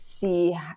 see